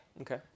Okay